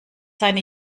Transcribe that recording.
seine